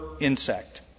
insect